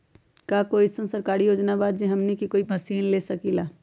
का कोई अइसन सरकारी योजना है जै से हमनी कोई मशीन ले सकीं ला?